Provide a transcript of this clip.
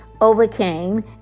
overcame